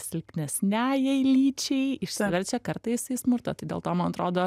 silpnesniajai lyčiai išsiverčia kartais į smurtą tai dėl to man atrodo